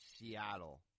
Seattle